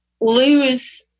lose